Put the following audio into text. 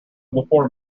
before